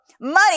money